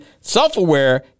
self-aware